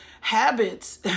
habits